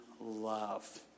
love